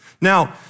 Now